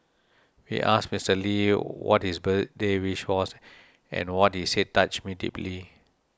we asked Mister Lee what his birthday wish was and what he said touched me deeply